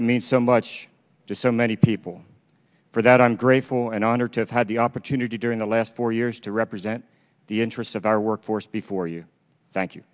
to mean so much to so many people for that i'm grateful and honored to have had the opportunity during the last four years to represent the interests of our workforce before you thank you